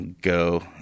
go